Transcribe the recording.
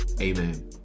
Amen